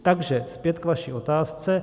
Takže zpět k vaší otázce.